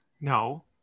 No